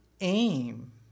aim